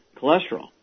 cholesterol